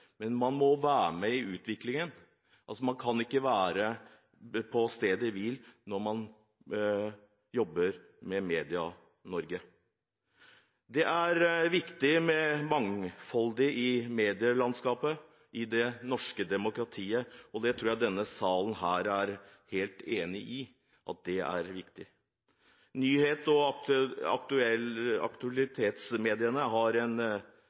Men man må være med i utviklingen. Man kan ikke være på stedet hvil når man jobber med Medie-Norge. Det er viktig med mangfold i medielandskapet i det norske demokratiet. Det tror jeg denne sal er helt enig i – at det er viktig. Nyhets- og aktualitetsmediene har en